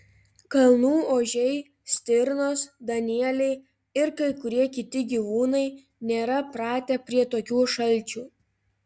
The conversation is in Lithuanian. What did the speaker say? kalnų ožiai stirnos danieliai ir kai kurie kiti gyvūnai nėra pratę prie tokių šalčių